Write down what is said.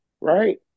right